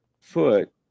foot